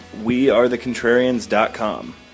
wearethecontrarians.com